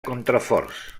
contraforts